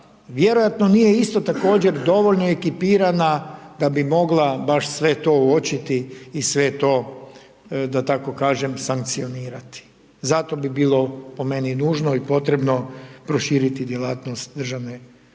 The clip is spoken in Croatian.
vjerojatno nije isto također dovoljno ekipirana da bi mogla baš sve to uočiti i sve to, da tako kažem sankcionirati. Zato bi bilo po meni nužno i potrebno prošiti djelatnost Državne komisije